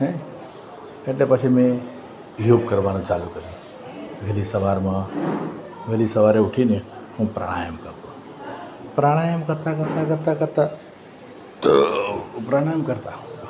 હેં એટલે પછી મેં યોગ કરવાનું ચાલુ કર્યા વહેલી સવારમાં વહેલી સવારે ઊઠીને હું પ્રાણાયામ કરતો પ્રાણાયામ કરતાં કરતાં કરતાં કરતાં પ્રાણાયામ કરતાં